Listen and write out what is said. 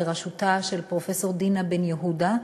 בראשות פרופסור דינה בן-יהודה,